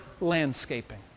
landscaping